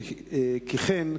כי כן,